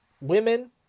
women